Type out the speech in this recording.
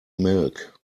milk